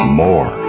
more